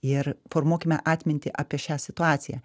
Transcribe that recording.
ir formuokime atmintį apie šią situaciją